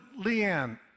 Leanne